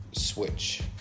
switch